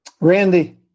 Randy